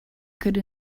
could